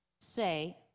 say